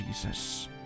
Jesus